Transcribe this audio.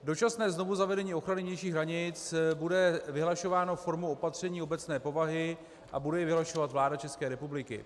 Dočasné znovuzavedení ochrany vnějších hranic bude vyhlašováno formou opatření obecné povahy a bude je vyhlašovat vláda České republiky.